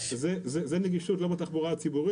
שהנגישות עבורם בתחבורה ציבורית